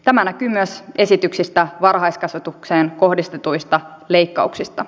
tämä näkyy myös esityksissä varhaiskasvatukseen kohdistetuista leikkauksista